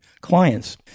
clients